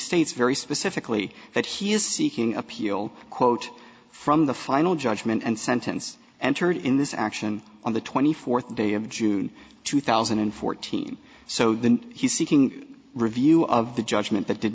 states very specifically that he is seeking appeal quote from the final judgment and sentence entered in this action on the twenty fourth day of june two thousand and fourteen so then he seeking review of the judgment